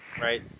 Right